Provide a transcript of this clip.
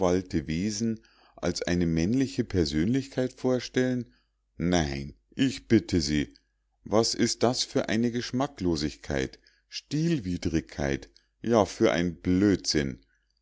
als eine männliche persönlichkeit vorstellen nein ich bitte sie was ist das für eine geschmacklosigkeit stilwidrigkeit ja für ein blödsinn